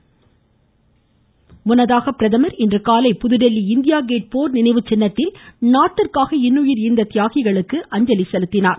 நினைவிடம் மலர் அஞ்சலி முன்னதாக பிரதமர் இன்றுகாலை புதுதில்லி இந்தியா கேட் போர் நினைவுச் சின்னத்தில் நாட்டிற்காக இன்னுயிர் ஈந்த தியாகிகளுக்கு அஞ்சலி செலுத்தினார்